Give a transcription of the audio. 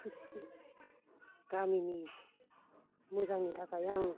खुसि गामिनि मोजांनि थाखाय आं